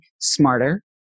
smarter